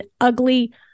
ugly